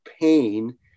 pain